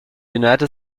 united